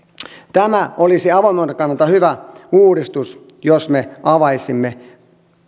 tämä olisi avoimuuden kannalta hyvä uudistus jos me avaisimme